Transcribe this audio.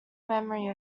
memory